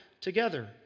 together